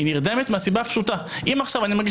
היא נרדמת מהסיבה הפשוטה אם עכשיו אני מגיש